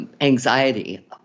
anxiety